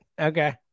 Okay